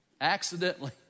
Accidentally